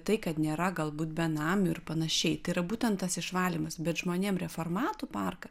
tai kad nėra galbūt benamių ir panašiai tai yra būtent tas išvalymas bet žmonėm reformatų parke